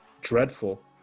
dreadful